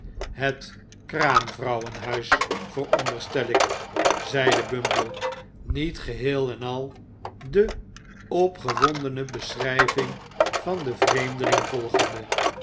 het kraamvrouwenhuis vooronderstel ik zede bumble niet geheel en al de opgewondene beschrijving van den vreemdeling volgende